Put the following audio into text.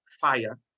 fire